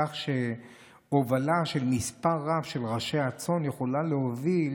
כך שהובלה של מספר רב של ראשי הצאן יכולה להוביל